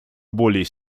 более